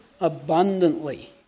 abundantly